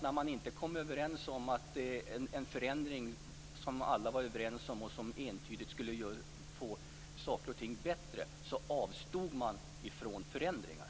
När man inte kom överens om någon förändring som entydigt skulle göra saker och ting bättre, så avstod man från förändringar.